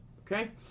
Okay